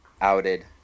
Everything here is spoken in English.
outed